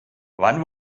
wann